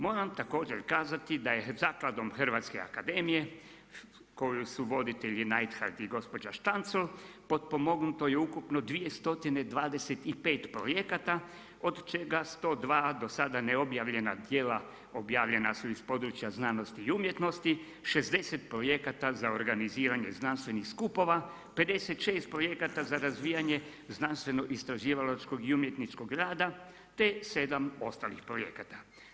Moram također kazati da je Zakladom Hrvatske akademije koju su voditelji Neidhardt i gospođa Štancl potpomognuto je ukupno 225 projekata od čega 102 do sada neobjavljena tijela objavljena su iz područja znanosti i umjetnosti, 60 projekata za organizirane znanstvenih skupova, 56 projekata za razvijanje znanstveno-istraživalačkog i umjetničkog rada te 7 ostalih projekata.